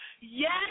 Yes